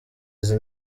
izi